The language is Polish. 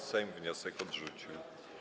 Sejm wniosek odrzucił.